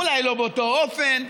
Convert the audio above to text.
אולי לא באותו אופן,